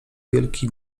wielki